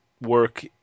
work